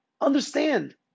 understand